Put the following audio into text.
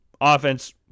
offense